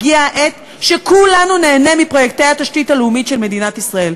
הגיעה העת שכולנו נהנה מפרויקטי התשתית הלאומית של מדינת ישראל.